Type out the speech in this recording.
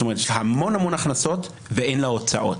יש לה המון הכנסות ואין לה הוצאות,